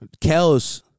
Kel's